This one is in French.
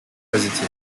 positives